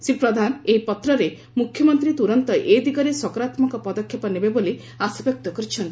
ଶ୍ରୀ ପ୍ରଧାନ ଏହି ପତ୍ରରେ ମୁଖ୍ୟମନ୍ତୀ ତୁରନ୍ତ ଏ ଦିଗରେ ସକାରତୁକ ପଦକ୍ଷେପ ନେବେ ବୋଲି ଆଶାବ୍ୟକ୍ତ କରିଛନ୍ତି